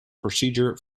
procedure